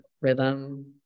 Rhythm